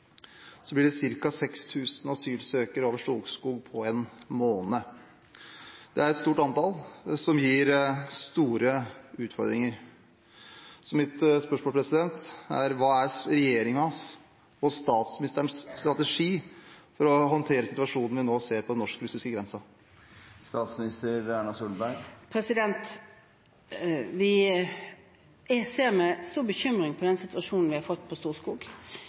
blir det ca. 6 000 asylsøkere over Storskog på én måned. Det er et stort antall, som gir store utfordringer. Mitt spørsmål er: Hva er regjeringens og statsministerens strategi for å håndtere situasjonen vi nå ser på den norsk-russiske grensen? Jeg ser med stor bekymring på den situasjonen vi har fått på Storskog.